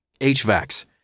HVACs